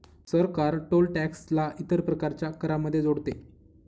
सरकार toll tax ला इतर प्रकारच्या करांमध्ये जोडते